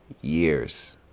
years